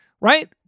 right